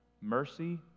Mercy